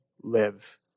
live